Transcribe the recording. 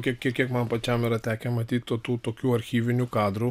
kiek kiek man pačiam yra tekę matyti tų tokių archyvinių kadrų